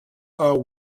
are